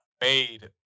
made